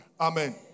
Amen